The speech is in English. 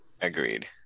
Agreed